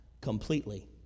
completely